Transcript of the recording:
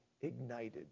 ignited